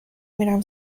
میرم